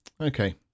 Okay